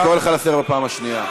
אני קורא אותך לסדר בפעם השנייה.